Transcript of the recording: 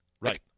Right